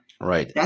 right